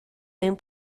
mewn